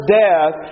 death